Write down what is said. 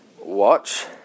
watch